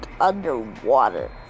underwater